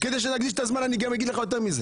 אני אגיד לך יותר מזה